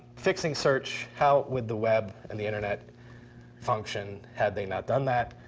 fixing search. how would the web and the internet function had they not done that?